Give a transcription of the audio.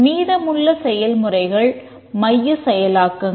மீதமுள்ள செயல்முறைகள் மையச் செயலாக்கங்கள்